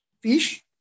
fish